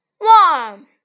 warm